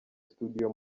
studio